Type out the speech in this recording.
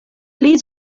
pli